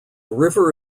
river